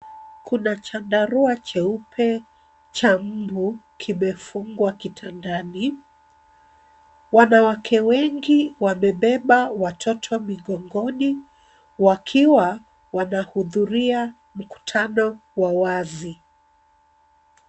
Kuna chandarua cheupe cha mbu kimefunywa kitandani. Wanawake wengi wamebeba watoto migongoni wakiwa wanahudhuria mkutano wa wazi.